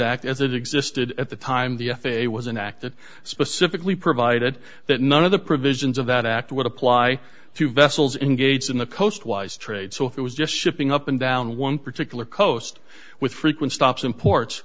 act as it existed at the time the f a a was an act that specifically provided that none of the provisions of that act would apply to vessels in gates in the coastwise trade so if it was just shipping up and down one particular coast with frequent stops imports